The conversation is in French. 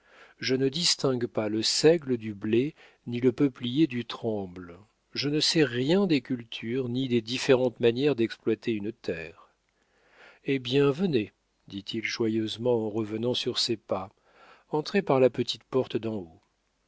je ne distingue pas le seigle du blé ni le peuplier du tremble je ne sais rien des cultures ni des différentes manières d'exploiter une terre hé bien venez dit-il joyeusement en revenant sur ses pas entrez par la petite porte d'en haut